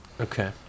Okay